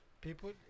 people